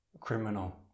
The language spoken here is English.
criminal